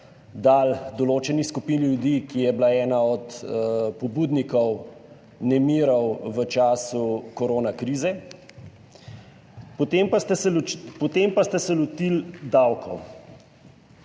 dali določeni skupini ljudi, ki je bila ena od pobudnikov nemirov v času korona krize. Potem pa ste se lotili davkov.